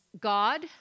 God